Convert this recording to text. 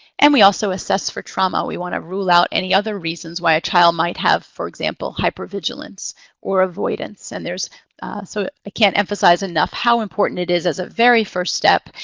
and we also assess for trauma. we want to rule out any other reasons why a child might have, for example, hypervigilance or avoidance. and so i can't emphasize enough how important it is as a very first step,